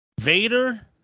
Vader